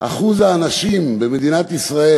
אחוז האנשים במדינת ישראל,